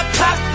pop